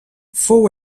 fou